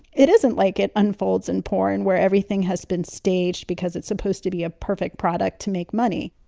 it isn't like it unfolds in porn where everything has been staged because it's supposed to be a perfect product to make money